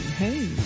hey